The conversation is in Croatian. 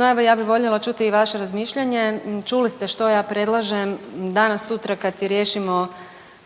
No, evo ja bi voljela čuti i vaše razmišljanje, čuli ste što ja predlažem danas sutra kad se riješimo